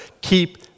keep